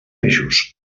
peixos